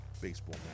baseball